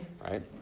right